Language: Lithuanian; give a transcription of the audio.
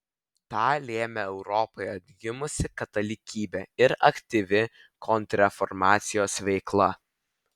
tą lėmė europoje atgimusi katalikybė ir aktyvi kontrreformacijos veikla